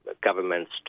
governments